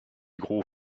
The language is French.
gros